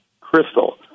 crystal